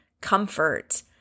comfort